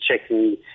checking